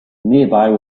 nearby